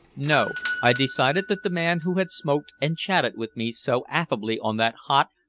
no. i decided that the man who had smoked and chatted with me so affably on that hot,